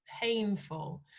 painful